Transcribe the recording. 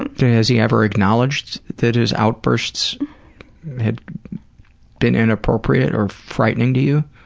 and has he ever acknowledged that his outbursts had been inappropriate or frightening to you?